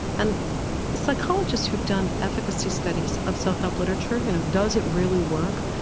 and psychologists who've done efficacy studies of self-help literature, you know does it really work,